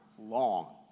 long